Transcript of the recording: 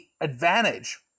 advantage